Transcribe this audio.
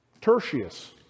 Tertius